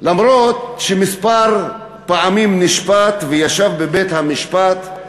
אף-על-פי שכמה פעמים נשפט, וישב בבית-המשפט,